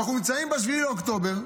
אנחנו נמצאים ב-7 באוקטובר,